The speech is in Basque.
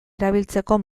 erabiltzeko